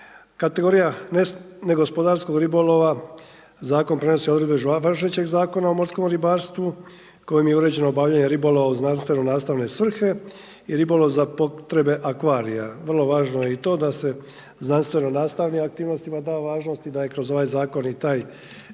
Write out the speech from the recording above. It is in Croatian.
Kategorija negospodarskog ribolova zakon prenosi odredbe važećeg Zakona o morskom ribarstvu kojim je uređeno obavljanje ribolova u znanstveno-nastavne svrhe i ribolov za potrebe akvarija. Vrlo važno je i to da se znanstveno-nastavnim aktivnostima da važnost i da je kroz ovaj zakon i taj